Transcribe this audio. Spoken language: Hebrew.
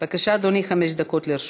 בבקשה, אדוני, חמש דקות לרשותך.